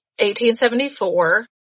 1874